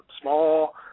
small